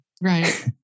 Right